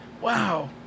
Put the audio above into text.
wow